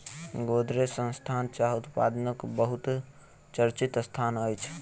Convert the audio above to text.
गोदरेज संस्थान चाह उत्पादनक बहुत चर्चित संस्थान अछि